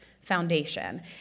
foundation